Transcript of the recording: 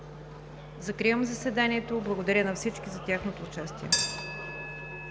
Закривам заседанието. Благодаря на всички за тяхното участие.